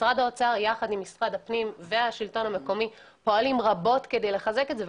משרד האוצר יחד עם משרד הפנים פועלים רבות כדי לעשות זאת.